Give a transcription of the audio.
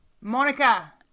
Monica